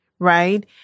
Right